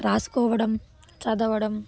రాసుకోవడం చదవడం